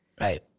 Right